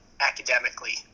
academically